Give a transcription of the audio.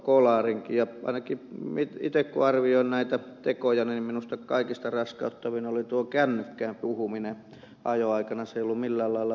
ainakin itse kun arvioin näitä tekoja niin minusta kaikista raskauttavin oli tuo kännykkään puhuminen ajon aikana